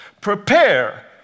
Prepare